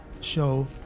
show